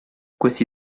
questi